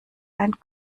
ein